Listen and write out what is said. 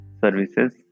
services